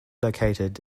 located